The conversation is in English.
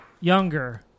younger